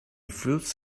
fruits